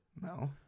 No